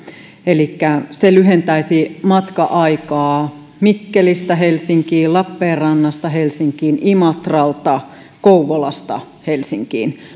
se lyhentäisi matka aikaa mikkelistä helsinkiin lappeenrannasta helsinkiin imatralta kouvolasta helsinkiin